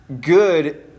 Good